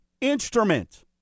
instrument